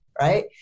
right